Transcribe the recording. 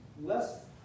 less